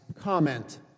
comment